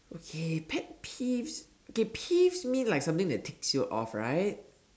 okay pet peeves okay peeves means like something that ticks you off right